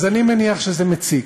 אז אני מניח שזה מציק,